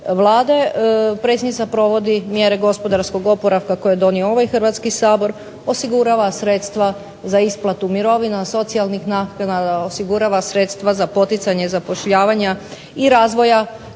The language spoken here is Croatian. Vlade. Predsjednica provodi mjere gospodarskog oporavka koje je donio ovaj Hrvatski sabor, osigurava sredstva za isplatu mirovina, socijalnih naknada, osigurava sredstva za poticanje zapošljavanja i razvoja